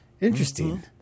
Interesting